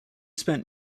spent